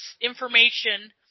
information –